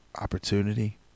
opportunity